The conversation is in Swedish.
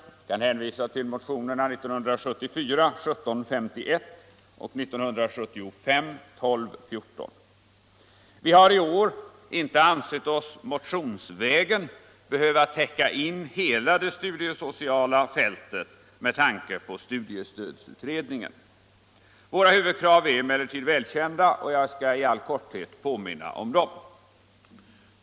Jag kan hänvisa till motionerna 1751 år 1974 och 1214 år 1975. Vi har i år inte ansett oss behöva motionsvägen täcka in hela det studiesociala fältet, med tanke på studiestödsutredningen. Våra huvudkrav är emellertid välkända. Jag skall i all korthet påminna om dem.